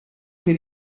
per